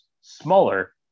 smaller